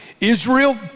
Israel